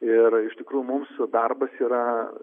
ir iš tikrųjų mūsų darbas yra